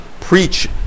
preach